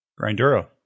Grinduro